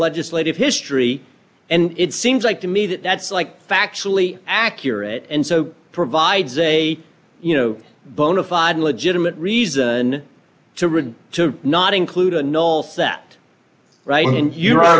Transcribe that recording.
legislative history and it seems like to me that that's like factually accurate and so provides a you know bona fide legitimate reason to rid to not include a null set right and you